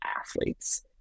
athletes